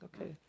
Okay